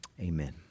Amen